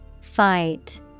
Fight